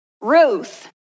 Ruth